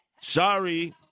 Sorry